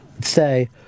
say